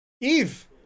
eve